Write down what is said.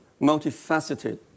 multifaceted